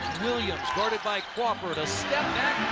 williams, guarded by crawford, a step-back